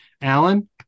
alan